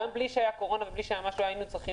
גם בלי שהיה קורונה או משהו אחר,